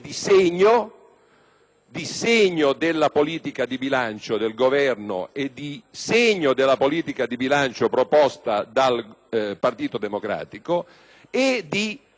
di segno della politica di bilancio del Governo, di segno della politica di bilancio proposta dal Partito Democratico ed è